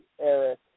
Eric